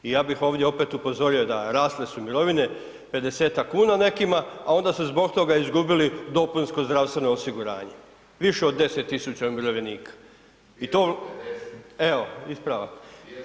I ja bih ovdje opet upozorio, da rasle su mirovine 50-tak kuna nekima, a onda su zbog toga izgubili dopunsko zdravstveno osiguranje, više od 10 000 umirovljenika … [[Upadica iz klupe se ne razumije]] Evo, ispravak.